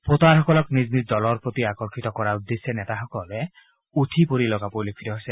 ভোটাৰসকলক নিজ নিজ দলৰ প্ৰতি আকৰ্ষিত কৰাৰ উদ্দেশ্যে নেতাসকলে উঠি পৰি লগা পৰিলক্ষিত হৈছে